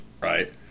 right